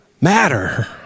matter